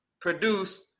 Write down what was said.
produce